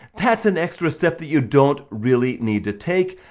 that's an extra step that you don't really need to take.